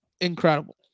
incredible